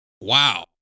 Wow